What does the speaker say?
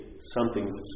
Something's